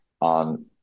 on